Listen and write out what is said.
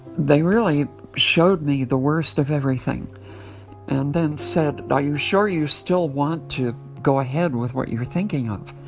they really showed me the worst of everything and then said, are you sure you still want to go ahead with what you're thinking of?